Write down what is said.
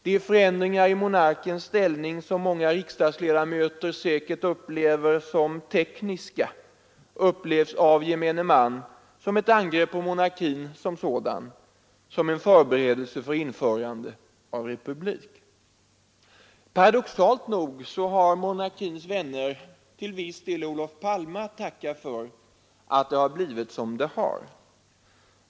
De förändringar i monarkins ställning som många riksdagsledamöter säkert upplever som tekniska, upplevs av gemene man som ett angrepp på monarkin som sådan, som en förberedelse för införandet av republik. Paradoxalt nog har monarkins vänner till viss del Olof Palme att tacka för att det blivit som det har.